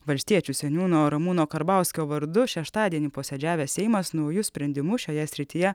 valstiečių seniūno ramūno karbauskio vardu šeštadienį posėdžiavęs seimas naujus sprendimus šioje srityje